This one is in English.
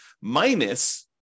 minus